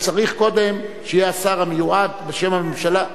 הוא צריך קודם שיהיה השר המיועד בשם הממשלה.